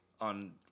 on